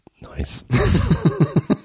Nice